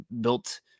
built